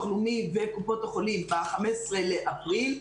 הלאומי וקופות החולים ב-15 לאפריל,